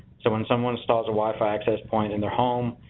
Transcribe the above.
so when someone installs a wifi access point in their home,